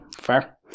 fair